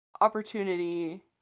opportunity